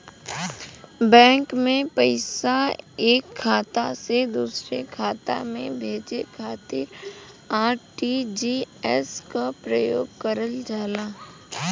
bank में पैसा एक खाता से दूसरे खाता में भेजे खातिर आर.टी.जी.एस क प्रयोग करल जाला